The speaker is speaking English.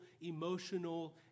emotional